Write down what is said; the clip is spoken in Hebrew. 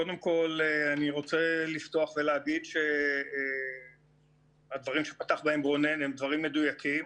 קודם כל אני רוצה לפתוח ולהגיד שהדברים שפתח בהם רונן הם דברים מדויקים.